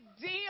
deal